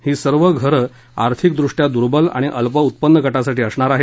ही सर्व घरं आर्थिकदृष्ट्या दुर्बल आणि अल्प उत्पन्न गटासाठी असणार आहेत